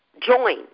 join